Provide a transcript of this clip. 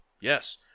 yes